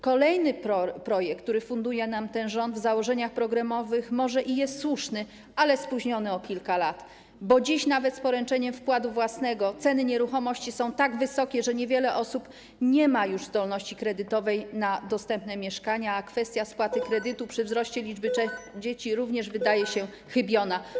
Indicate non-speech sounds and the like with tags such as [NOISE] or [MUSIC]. Kolejny projekt, który funduje nam ten rząd, w założeniach programowych może i jest słuszny, ale spóźniony o kilka lat, bo dziś, nawet z poręczeniem wkładu własnego, ceny nieruchomości są tak wysokie, że wiele osób nie ma już zdolności kredytowej, jeśli chodzi o dostępne mieszkania, a kwestia spłaty kredytu [NOISE] przy wzroście liczby dzieci również wydaje się chybiona.